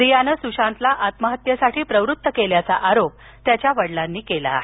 रियाने सुशांतला आत्महत्येसाठी प्रवृत्त केल्याचा आरोप त्याच्या वडिलांनी केला आहे